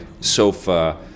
sofa